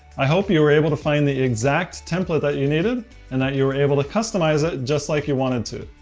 i hope you were able to find the exact template that you needed and that you were able to start customizing it just like you wanted to.